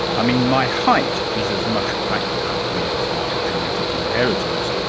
i mean, my height is as much a fact about me as my genetic inheritance,